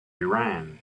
iran